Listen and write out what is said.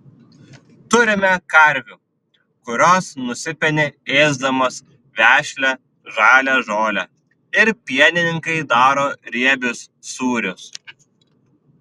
turime karvių kurios nusipeni ėsdamos vešlią žalią žolę ir pienininkai daro riebius sūrius